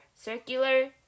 circular